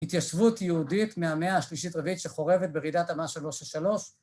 התיישבות יהודית מהמאה השלישית רביעית שחורבת ברעידת אדמה 363